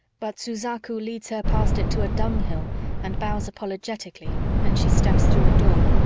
but suzaku leads her past it to a dunghill and bows apologetically and she steps through a door.